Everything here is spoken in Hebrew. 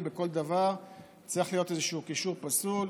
בכל דבר צריך להיות איזשהו קישור פסול.